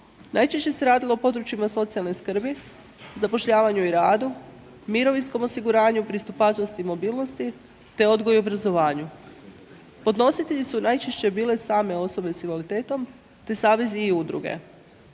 Najčešće se radilo u područjima socijalne skrbi, zapošljavanju i radu, mirovinskom osiguranju, pristupačnosti i mobilnosti te odgoju i obrazovanju. Podnositelji su najčešće bile same osobe s invaliditetom te savezi i udruge.